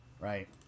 right